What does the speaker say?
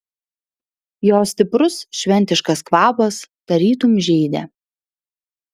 jo stiprus šventiškas kvapas tarytum žeidė